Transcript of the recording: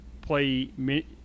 play